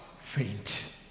faint